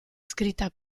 scritta